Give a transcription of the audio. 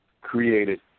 Created